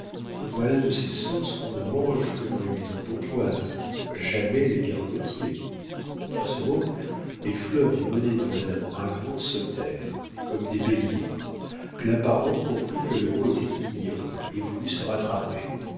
voilà de ces sauces qu'on ne mange que dans les maisons bourgeoises jamais les gargotiers a ce mot les fleurs du bonnet de madame ragon sautèrent comme des béliers claparon comprit que le mot était ignoble et voulut se rattraper